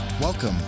Welcome